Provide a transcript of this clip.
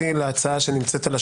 היינו קובעים אותו,